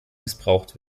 missbraucht